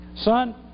Son